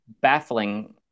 baffling